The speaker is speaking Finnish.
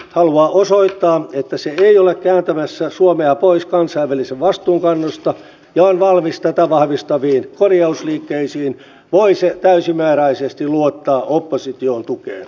jos hallitus haluaa osoittaa että se ei ole kääntämässä suomea pois kansainvälisen vastuun kannosta ja on valmis tätä vahvistaviin korjausliikkeisiin voi se täysimääräisesti luottaa opposition tukeen